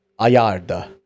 Ayarda